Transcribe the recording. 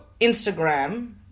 Instagram